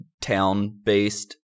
town-based